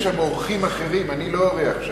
יש שם אורחים אחרים, אני לא אורח שם.